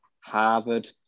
Harvard